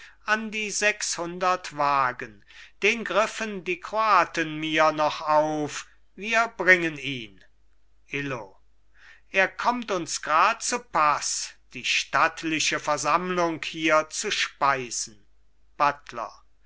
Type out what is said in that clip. an die sechshundert wagen den griffen die kroaten mir noch auf wir bringen ihn illo er kommt uns grad zu paß die stattliche versammlung hier zu speisen buttler